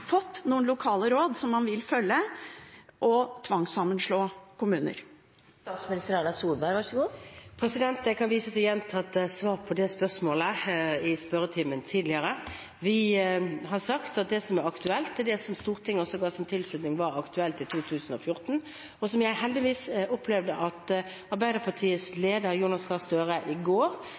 fått noen lokale råd som man vil følge, og tvangssammenslå kommuner? Jeg kan vise til gjentatte svar på det spørsmålet i spørretimen tidligere. Vi har sagt at det som er aktuelt, er det som Stortinget også ga sin tilslutning til var aktuelt i 2014, og som jeg heldigvis opplevde at Arbeiderpartiets leder, Jonas Gahr Støre, i går